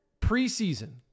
preseason